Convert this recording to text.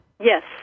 Yes